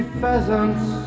pheasants